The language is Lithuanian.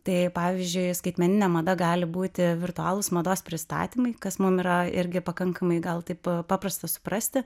tai pavyzdžiui skaitmeninė mada gali būti virtualūs mados pristatymai kas mum yra irgi pakankamai gal taip paprasta suprasti